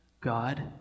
God